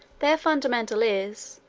their fundamental is,